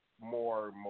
more